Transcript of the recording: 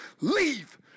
Leave